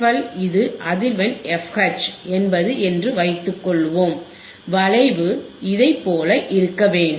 L இது அதிர்வெண் fH என்பது என்று வைத்துக்கொள்வோம் வளைவு இதைப் போல இருக்க வேண்டும்